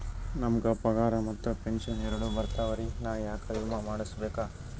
ನಮ್ ಗ ಪಗಾರ ಮತ್ತ ಪೆಂಶನ್ ಎರಡೂ ಬರ್ತಾವರಿ, ನಾ ಯಾಕ ವಿಮಾ ಮಾಡಸ್ಬೇಕ?